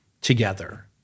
together